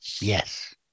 Yes